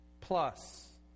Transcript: plus